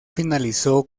finalizó